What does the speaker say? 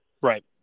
Right